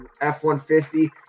f-150